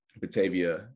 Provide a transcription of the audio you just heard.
Batavia